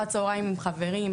אחר הצוהריים עם חברים,